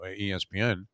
ESPN